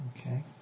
Okay